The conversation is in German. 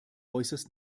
äußerst